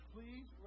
Please